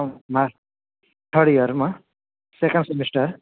third યરમાં second semester